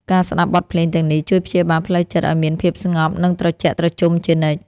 ការស្ដាប់បទភ្លេងទាំងនេះ ជួយព្យាបាលផ្លូវចិត្តឱ្យមានភាពស្ងប់ និងត្រជាក់ត្រជុំជានិច្ច។